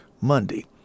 Monday